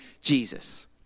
Jesus